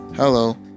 Hello